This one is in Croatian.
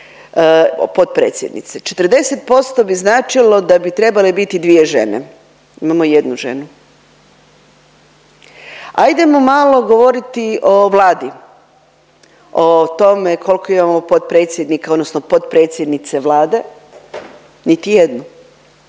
40% bi značilo da bi trebale biti 2 žene, imamo jednu ženu. Ajdemo malo govoriti o Vladi o tome koliko imamo potpredsjednika odnosno potpredsjednice Vlade, niti jednu.